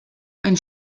ein